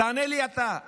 תענה לי אתה.